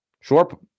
Sure